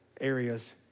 areas